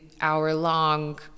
hour-long